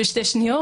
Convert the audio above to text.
שתי שניות,